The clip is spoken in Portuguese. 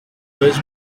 dois